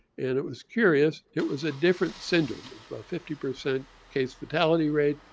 and it was curious, it was a different center, it was about fifty percent case fatality rate,